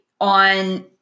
on –